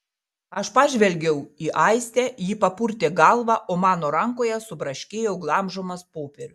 aš pažvelgiau į aistę ji papurtė galvą o mano rankoje subraškėjo glamžomas popierius